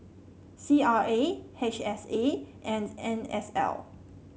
C R A H S A and N S L